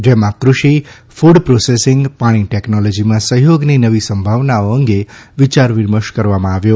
જેમાં કૃષિ food processing પાણી ટેકનોલોજીમાં સહયોગની નવી સંભાવનાઓ અંગે વિયાર વિમર્શ કરવામાં આવ્યો